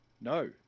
No